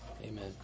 Amen